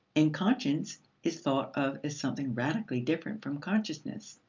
and conscience is thought of as something radically different from consciousness.